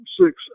six